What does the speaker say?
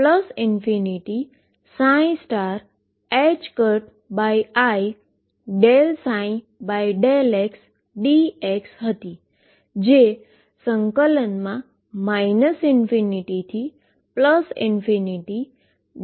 જેની expectation value ∞i ∂ψ∂xdx હતી